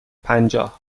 پنجاه